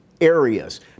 areas